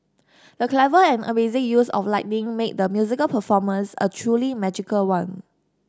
the clever and amazing use of lighting made the musical performance a truly magical one